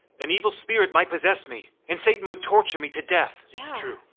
an evil spirit might possess me, and satan would torture me to death. yeah